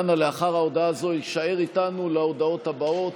אנא, לאחר ההודעה הזו הישאר איתנו להודעות הבאות.